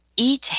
Eat